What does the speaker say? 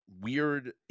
weird